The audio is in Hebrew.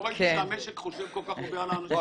לא ראיתי שהמשק חושב כל כך הרבה על האנשים --- לא,